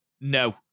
No